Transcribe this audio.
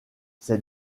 ces